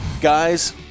Guys